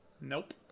Nope